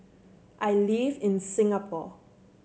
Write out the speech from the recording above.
I live in Singapore